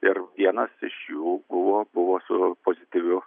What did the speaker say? ir vienas iš jų buvo buvo su pozityviu